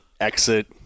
exit